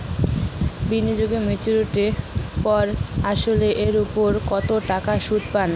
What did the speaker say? বিনিয়োগ এ মেচুরিটির পর আসল এর উপর কতো টাকা সুদ পাম?